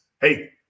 Hey